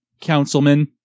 Councilman